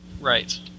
Right